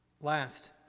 Last